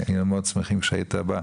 היינו מאד שמחים אם היית בא.